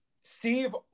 Steve